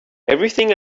everything